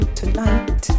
tonight